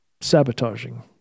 sabotaging